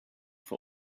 for